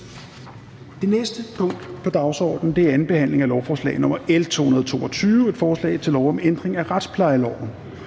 --- Det næste punkt på dagsordenen er: 46) 2. behandling af lovforslag nr. L 222: Forslag til lov om ændring af retsplejeloven.